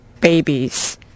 babies